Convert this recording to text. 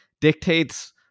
dictates